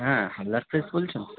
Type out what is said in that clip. হ্যাঁ হালদারর্স প্রেস বলছো